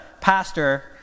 pastor